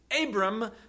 Abram